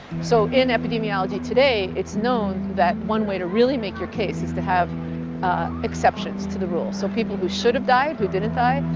so in epidemiology today, it's known that one way to really make your case is to have exceptions to the rules so people who should have died, who didn't die,